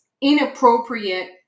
inappropriate